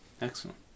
Excellent